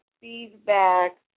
feedback